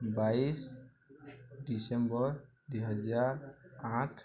ବାଇଶ ଡିସେମ୍ବର ଦୁଇହଜାର ଆଠ